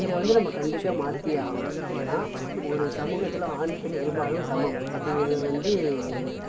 இதை வந்து நம்ம கண்டிப்பாக மாற்றியே ஆகணும் ஏனால் ஒரு சமூகத் ஆணும் பெண்ணும் இருபாலரும் சமம் அப்படிங்குறது வந்து